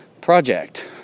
project